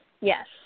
Yes